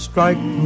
Strike